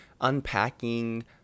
unpacking